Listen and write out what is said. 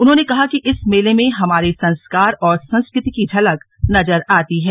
उन्होंने कहा कि इस मेले में हमारे संस्कार और संस्कृति की झलक नजर आती है